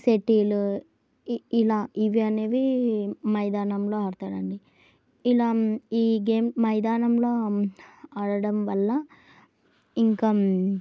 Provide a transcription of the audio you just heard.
shuttle ఇలా ఇవి అనేవి మైదానంలో ఆడతారండి ఇలా ఈ గేమ్ మైదానంలో ఆడడం వల్ల ఇంకా